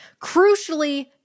Crucially